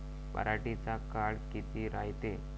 पराटीचा काळ किती रायते?